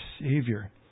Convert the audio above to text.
savior